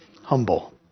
humble